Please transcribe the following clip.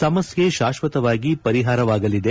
ಸಮಸ್ಕೆ ಶಾಶ್ವಕವಾಗಿ ಪರಿಹಾರವಾಗಲಿದೆ